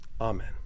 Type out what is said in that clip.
Amen